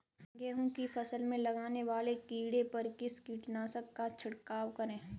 गेहूँ की फसल में लगने वाले कीड़े पर किस कीटनाशक का छिड़काव करें?